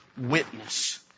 witness